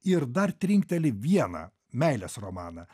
ir dar trinkteli vieną meilės romaną